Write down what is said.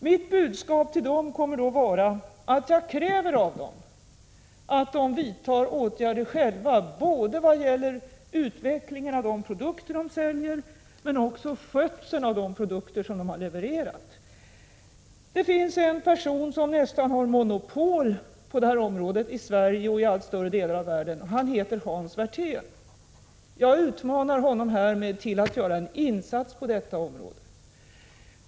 Mitt budskap till dem kommer att vara att jag kräver av dem att de själva vidtar åtgärder, såväl i vad gäller utvecklingen av de produkter de säljer som skötseln av de produkter de har levererat. Det finns en person som nästan har monopol på det här området i Sverige och i allt större delar av världen. Han heter Hans Werthén. Jag utmanar honom härmed att göra en insats på detta område.